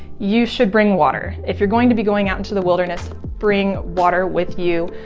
you should bring water. if you're going to be going out into the wilderness, bring water with you.